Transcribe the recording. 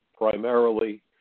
primarily